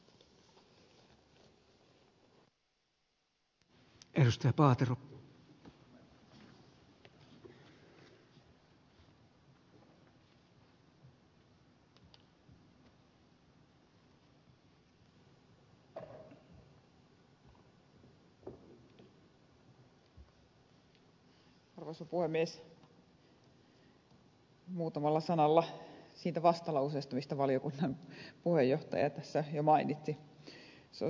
muutamalla sanalla siitä vastalauseesta mistä valiokunnan puheenjohtaja tässä jo mainitsi